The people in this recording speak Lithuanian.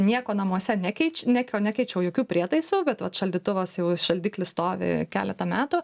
nieko namuose nekeič nieko nekeičiau jokių prietaisų bet vat šaldytuvas jau šaldiklis stovi keletą metų